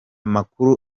makuru